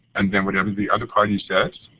and then whatever the other party says,